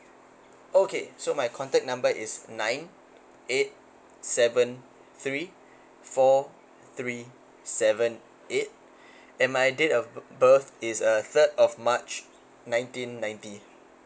okay so my contact number is nine eight seven three four three seven eight and my date of birth is uh third of march nineteen ninety